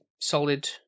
solid